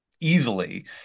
easily